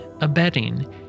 abetting